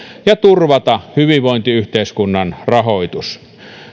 ja turvata hyvinvointiyhteiskunnan rahoitus